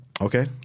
Okay